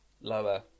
lower